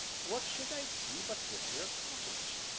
what should i see but this ere cottage.